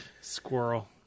Squirrel